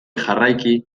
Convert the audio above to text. jarraiki